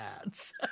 ads